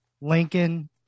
Lincoln